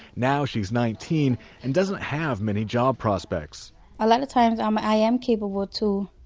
now she's nineteen and doesn't have many job prospects a lot of times um i am capable to,